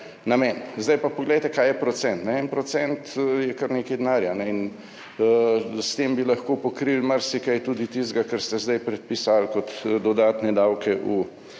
namen. Zdaj pa poglejte kaj je procent. En procent je kar nekaj denarja in s tem bi lahko pokrili marsikaj, tudi tistega, kar ste zdaj predpisali kot dodatne davke v